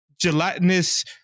gelatinous